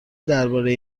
درباره